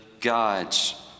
God's